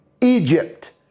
Egypt